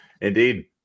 Indeed